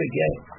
Again